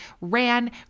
ran